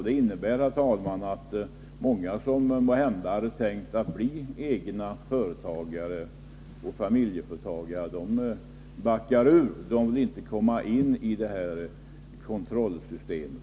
Det innebär, herr talman, att många som måhända har tänkt att bli egenföretagare och familjeföretagare backar ur. De vill inte komma in i det här kontrollsystemet.